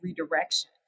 redirection